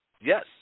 Yes